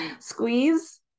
squeeze